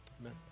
Amen